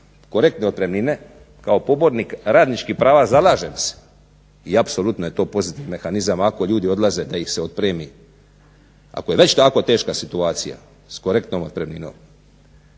korektne otpremnine, kao pobornik radničkih prava zalažem se i apsolutno je to pozitivni mehanizam ako ljudi odlaze da ih se otpremi ako je već tako teška situacija s korektnom otpremninom.